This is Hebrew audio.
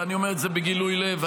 ואני אומר את זה בגילוי לב,